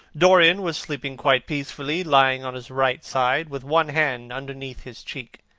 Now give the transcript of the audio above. dorian was sleeping quite peacefully, lying on his right side, with one hand underneath his cheek.